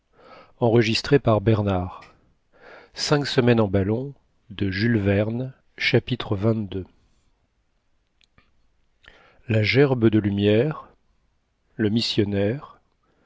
chapitre xxii la gerbe de lumière le missionnaire